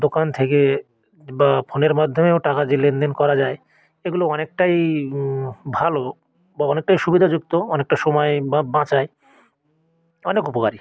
দোকান থেকে বা ফোনের মাধ্যমেও টাকা যে লেনদেন করা যায় এগুলো অনেকটাই ভালো বা অনেকটাই সুবিধা যুক্ত অনেকটা সময় বা বাঁচায় অনেক উপকারী